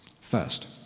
First